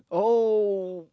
oh